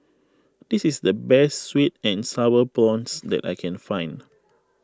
this is the best Sweet and Sour Prawns that I can find